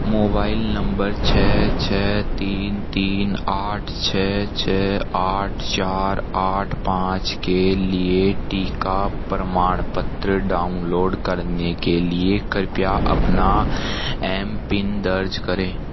mobile number छः छः तीन तीन आठ छः छः आठ चार आठ पाँच के लिए टीका प्रमाणपत्र डाउनलोड करने के लिए कृपया अपना एम पिन दर्ज करें